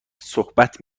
صحبت